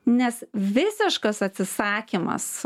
nes visiškas atsisakymas